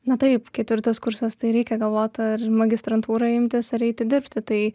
na taip ketvirtas kursas tai reikia galvot ar magistrantūrą imtis ar eiti dirbti tai